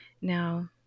now